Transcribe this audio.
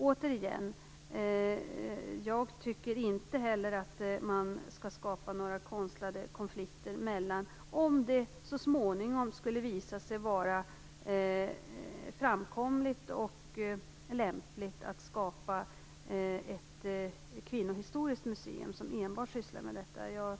Återigen: Jag tycker inte heller att konstlade konflikter skall skapas, om det så småningom skulle visa sig vara framkomligt och lämpligt att skapa ett kvinnohistoriskt museum som enbart sysslar med vad som här har nämnts.